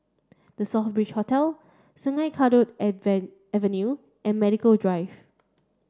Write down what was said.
The Southbridge Hotel Sungei Kadut Avenue and Medical Drive